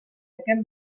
aquest